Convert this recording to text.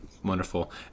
Wonderful